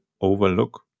overlook